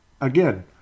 again